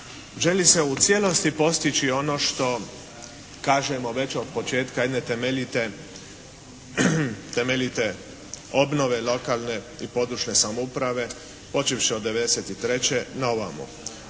Želi se u cijelosti postići ono što kažemo već od početka jedne temeljite obnove lokalne i područne samouprave počevši od '93. naovamo,